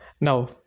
Now